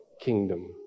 kingdom